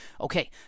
Okay